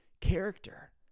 character